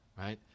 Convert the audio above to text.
right